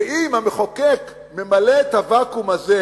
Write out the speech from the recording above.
שאם המחוקק ממלא את הוואקום הזה,